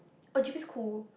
oh G_P's cool